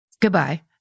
Goodbye